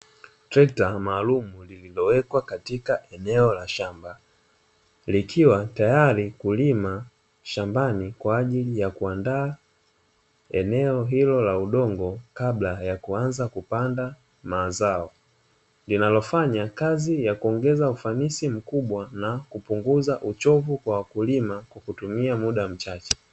Trekta maalum lililowekwa katika eneo la shamba, likiwa tayari kulima shambani kwa ajili ya kuandaa eneo hilo la udongo kabla ya kuanza kupanda mazao, linalofanya kazi ya kuongeza ufanisi mkubwa na kupunguza uchovu kwa wakulima kwa kutumia muda mchache.